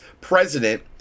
president